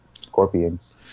scorpions